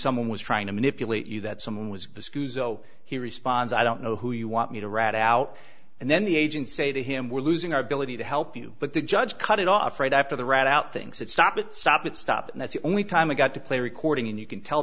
someone was trying to manipulate you that someone was the screws oh he responds i don't know who you want me to rat out and then the agents say to him we're losing our ability to help you but the judge cut it off right after the rat out things that stop it stop it stop and that's the only time i got to play a recording and you can tell